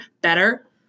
better